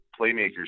playmakers